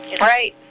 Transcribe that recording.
Right